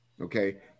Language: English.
okay